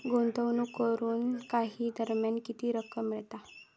गुंतवणूक करून काही दरम्यान किती रक्कम मिळता?